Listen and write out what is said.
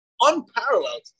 unparalleled